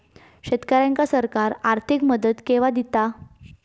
शेतकऱ्यांका सरकार आर्थिक मदत केवा दिता?